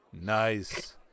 nice